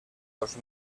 dos